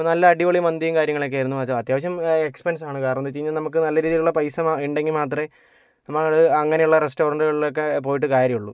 അപ്പോൾ നല്ല അടിപൊളി മന്തിയും കാര്യങ്ങളൊക്കെ ആയിരുന്നു അത്യാവശ്യം എക്സ്പെൻസാണ് കാരണം എന്താണെന്ന് വച്ച് കഴിഞ്ഞാൽ നമുക്ക് നല്ല രീതിലുള്ള പൈസ ഉണ്ടെങ്കിൽ മാത്രമേ നമുക്ക് അങ്ങനെയുള്ള റെസ്റ്റോറന്റുകളിലൊക്കെ പോയിട്ട് കാര്യമുള്ളൂ